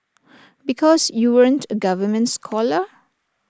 because you weren't A government scholar